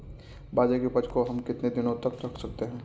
बाजरे की उपज को हम कितने दिनों तक रख सकते हैं?